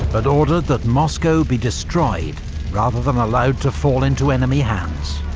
but ordered that moscow be destroyed rather than allowed to fall into enemy hands.